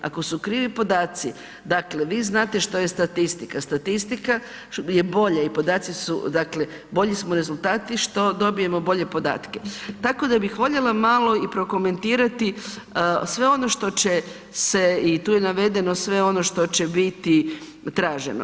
Ako su krivi podaci, dakle, vi znate što je statistika, statistika je bolje i podaci su, bolju su rezultati što dobijemo bolje podatke, tako da bih voljela malo i prokomentirati sve ono što će se i tu je navedeno sve ono što će biti traženo.